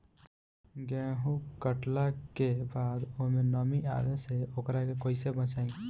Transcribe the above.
गेंहू कटला के बाद ओमे नमी आवे से ओकरा के कैसे बचाई?